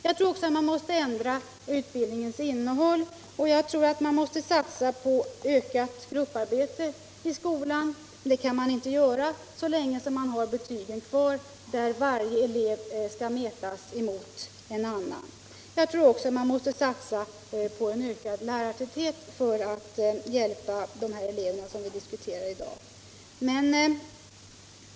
Jag tror att man måste ändra utbildningens innehåll och att man måste satsa på ökat grupparbete i skolan. Det kan man inte göra så länge man har betygen kvar och varje elev skall mätas emot en annan. Jag tror också att man måste satsa på en ökad lärartäthet för att hjälpa de elever som vi diskuterar i dag.